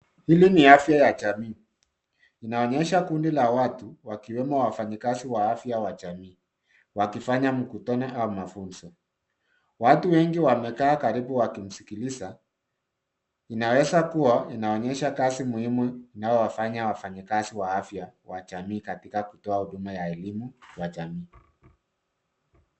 Hili ni afya ya jamii, inaonyesha kundi la watu, wakiwemo wafanyikazi wa afya wa jamii wakifanya mkutano au mafunzo. Watu wengi wamekaa karibu wakimsikiliza. Inaweza kua inaonyesha kazi muhimu inaowafanya wafanyikazi wa afya wa jamii katika kutoa huduma ya elimu ya jamii.